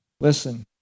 Listen